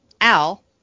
Al